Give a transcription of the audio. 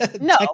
No